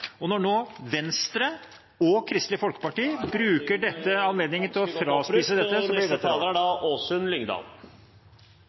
Og når nå Venstre og Kristelig Folkeparti bruker denne anledningen til å